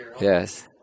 Yes